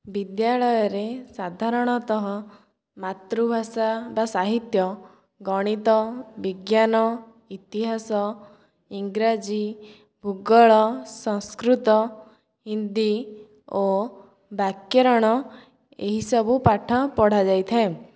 ବିଦ୍ୟାଳୟରେ ସାଧାରଣତଃ ମାତୃଭାଷା ବା ସାହିତ୍ୟ ଗଣିତ ବିଜ୍ଞାନ ଇତିହାସ ଇଂରାଜୀ ଭୂଗୋଳ ସଂସ୍କୃତ ହିନ୍ଦୀ ଓ ବ୍ୟାକରଣ ଏହିସବୁ ପାଠ ପଢ଼ାଯାଇଥାଏ